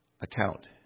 account